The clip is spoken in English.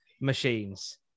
machines